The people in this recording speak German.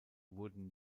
wurden